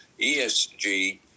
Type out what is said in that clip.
ESG